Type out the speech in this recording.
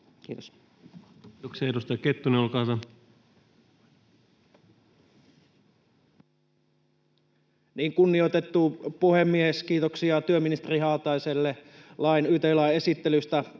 Kiitos. Kiitoksia. — Edustaja Kettunen, olkaa hyvä. Kunnioitettu puhemies! Kiitoksia työministeri Haataiselle lain, yt-lain, esittelystä.